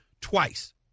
twice